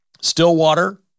Stillwater